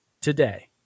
today